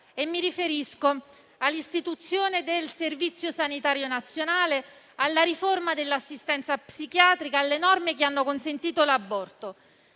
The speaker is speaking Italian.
Mi riferisco all'istituzione del Servizio sanitario nazionale, alla riforma dell'assistenza psichiatrica e alle norme che hanno consentito l'aborto.